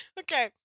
okay